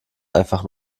einfach